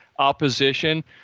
opposition